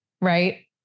Right